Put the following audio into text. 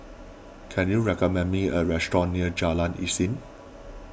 can you recommend me a restaurant near Jalan Isnin